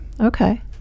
Okay